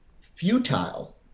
futile